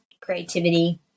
creativity